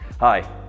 Hi